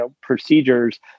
procedures